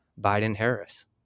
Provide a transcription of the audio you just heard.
Biden-Harris